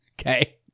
okay